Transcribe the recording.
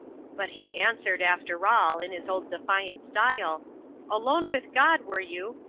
but he answered, after all, in his old defiant style alone with god, were you?